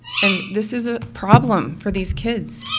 and this is a problem for these kids.